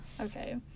Okay